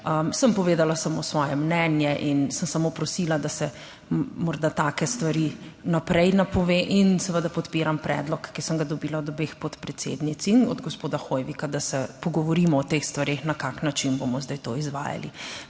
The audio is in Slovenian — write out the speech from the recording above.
Sem povedala samo svoje mnenje in sem samo prosila, da se morda take stvari vnaprej napove in seveda podpiram predlog, ki sem ga dobila od obeh podpredsednic in od gospoda Hoivika, da se pogovorimo o teh stvareh, na kakšen način bomo zdaj to izvajali.